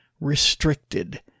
restricted